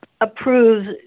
approves